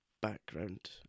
background